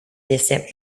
distant